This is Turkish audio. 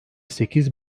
sekiz